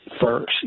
first